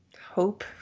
Hope